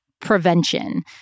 prevention